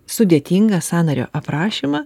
sudėtingą sąnario aprašymą